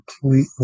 completely